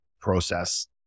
process